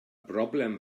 broblem